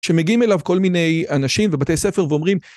שמגיעים אליו כל מיני אנשים בבתי ספר ואומרים...